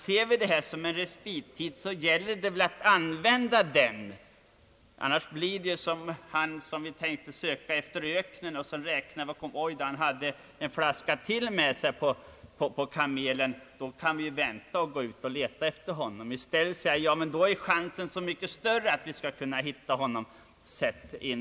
Ser vi detta som en respittid gäller det väl att använda den. Annars blir det som om vi skulle söka efter en man ute i öknen men kom på att han kanske hade ytterligare en flaska vatten på kamelen och att vi därför ville vänta med sökandet för att vara säkra på att han var hjälplös.